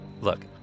Look